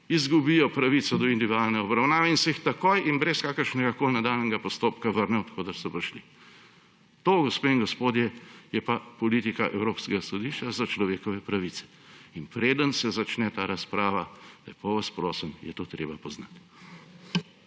izgubijo pravico do individualne obravnave in se jih takoj in brez kakršnegakoli nadaljnjega postopka vrne, od koder so prišli. To, gospe in gospodje, je politika Evropskega sodišča za človekove pravice in preden se začne ta razprava, lepo vas prosim, je to treba poznati.